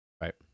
right